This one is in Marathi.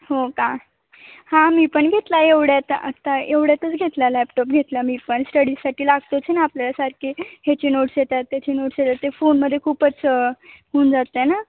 हो का हां मी पण घेतला एवढ्यात आत्ता एवढ्यातच घेतला लॅपटॉप घेतला मी पण स्टडीजसाठी लागतोच ना आपल्याला सारखे ह्याचे नोट्स येतात त्याचे नोट्स येतात तर ते फोनमध्ये खूपच होऊन जाते ना